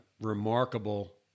remarkable